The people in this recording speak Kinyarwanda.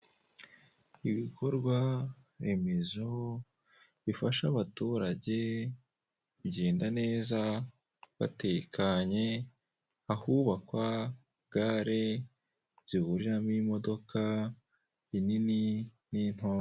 Ibikorwaremezo bifasha abaturage kugenda neza batekanye ahubakwa gare zihuriramo imodoka inini n'intoya.